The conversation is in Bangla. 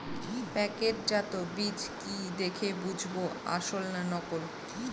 প্যাকেটজাত বীজ কি দেখে বুঝব আসল না নকল?